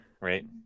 Right